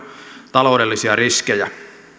taloudellisia riskejä